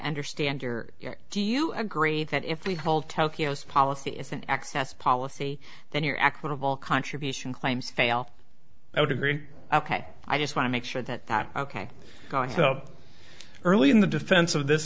understand your do you agree that if the whole tokyo's policy is an excess policy then your equitable contribution claims fail i would agree ok i just want to make sure that that ok so early in the defense of this